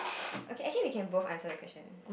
okay actually we can both answer the question